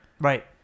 Right